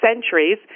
centuries